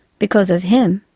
because of him,